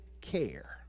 care